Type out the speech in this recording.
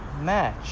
match